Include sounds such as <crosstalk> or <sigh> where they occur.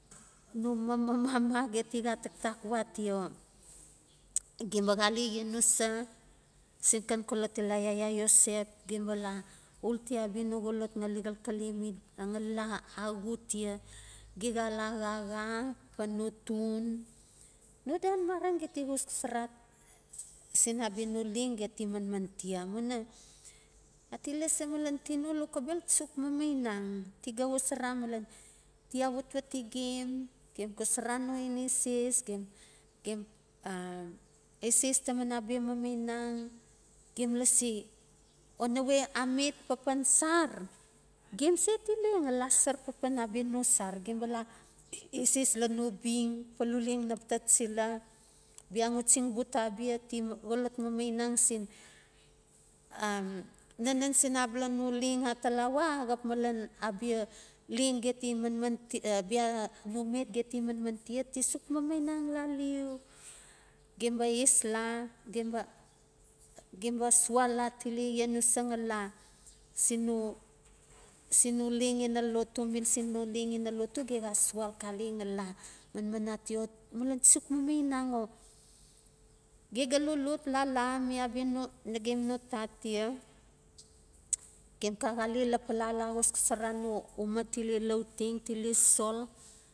No mum ma mama geti xa taktak we atia. O gem ba xale yenusa sin xan xolot yaya iosep ge ba la ulti abia no ngali xalxale mi, ngali la axu tia, ge xa la xaxa pan no tun no dan mareng geti xosxosara sin abia nu leng geti ti manmann tia amuina ya ti lasi malan tino lokobel ti suk mamainang ti xa xosora malen ti awatwati gem, gem xosora no ineses, gem gem a eses taman abia mamainang gem lasi, o nawe a met papan sar gem se tile ngali la sar papan abia no sar. Gem bala eses lan no bing paluleng naba ta chila bia nxuchingbuta ti xolot mamainang sin a nanan sin abala no leng atalawa axap malan abia leng geti maman <hesitation> bia no met geti manman tia ti suk mamainang la liu. gem ba es la gem ba, gem ba sual la tile yenusa ngali la sino, sino leng ina lotu mil sin no leng ina lotu ge ga sual xale ngali manman atia o malan ti suk mamainang. O. Ge ga lot lala mi abia nagen no tat, gem xaxale lapala la xosxosara no uma tile lauteng tile sol.